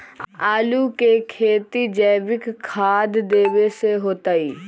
आलु के खेती जैविक खाध देवे से होतई?